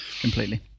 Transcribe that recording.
Completely